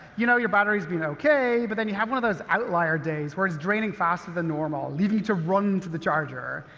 you know your battery's been okay, but then you have one of those outlier days, where it's draining faster than normal, leaving you to run to the charger.